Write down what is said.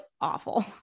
awful